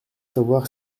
savoir